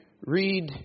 read